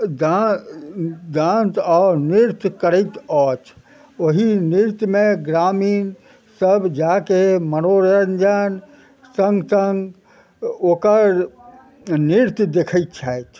dance आओर नृत्य करैत अछि ओहि नृत्यमे ग्रामीण सभ जाके मनोरञ्जन सङ्ग सङ्ग ओकर नृत्य देखैत छथि